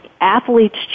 athletes